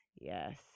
Yes